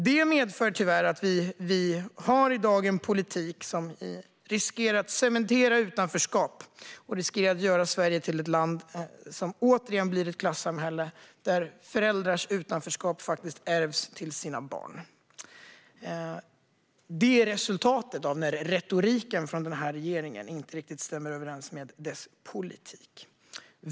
Det medför tyvärr att vi i dag har en politik som riskerar att cementera utanförskap och göra att Sverige återigen blir ett klassamhälle där föräldrars utanförskap faktiskt ärvs av barnen. Det är resultatet när retoriken från regeringen inte riktigt stämmer överens med dess politik.